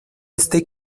este